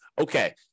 okay –